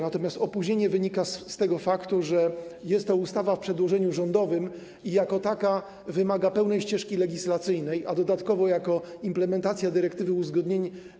Natomiast opóźnienie wynika z tego faktu, że ta ustawa jest w przedłożeniu rządowym i jako taka wymaga pełnej ścieżki legislacyjnej, a dodatkowo jako implementacja dyrektywy - uzgodnień.